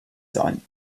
sein